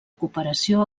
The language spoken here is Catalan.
cooperació